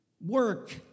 work